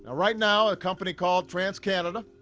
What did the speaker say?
ah right now a company called transcanada